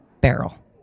barrel